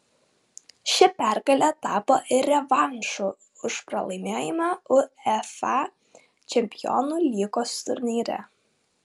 ši pergalė tapo ir revanšu už pralaimėjimą uefa čempionų lygos turnyre